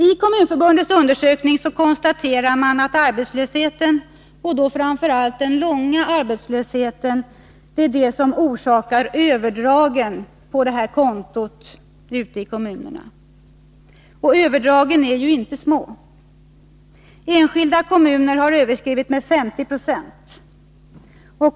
I Kommunförbundets undersökning konstateras att det är arbetslösheten, och då framför allt den långa arbetslösheten, som orsakar överdragen på kommunernas socialhjälpskonton. Överdragen är inte små. Enskilda kommuner har 1981 överskridit kontot med 50 26.